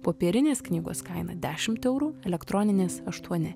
popierinės knygos kaina dešimt eurų elektroninės aštuoni